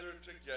together